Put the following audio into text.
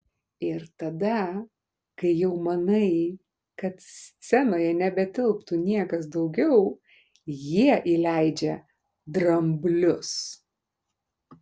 ir tada kai jau manai kad scenoje nebetilptų niekas daugiau jie įleidžia dramblius